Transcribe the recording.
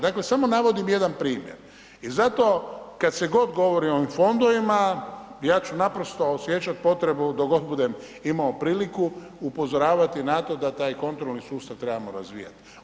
Dakle samo navodim jedan primjer i zato, kad se god govori o ovim fondovima ja ću naprosto osjećati potrebu dok god budem imao priliku upozoravati na to da taj kontrolni sustav trebamo razvijati.